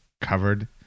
covered